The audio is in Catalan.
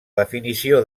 definició